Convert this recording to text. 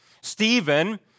Stephen